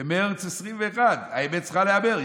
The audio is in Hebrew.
במרץ 2021: האמת צריכה להיאמר,